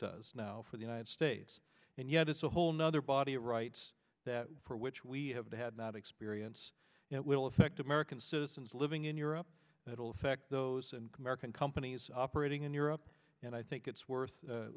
does now for the united states and yet it's a whole nother ball the rights that for which we have had not experience will affect american citizens living in europe that will affect those and american companies operating in europe and i think it's worth